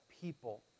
people